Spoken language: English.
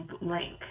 link